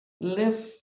live